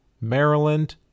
Maryland